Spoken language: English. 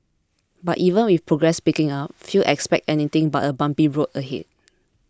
but even with progress picking up few expect anything but a bumpy road ahead